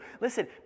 listen